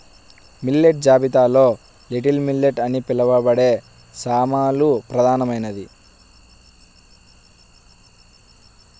millet జాబితాలో little millet అని పిలవబడే సామలు ప్రధానమైనది